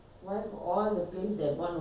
that one locking one right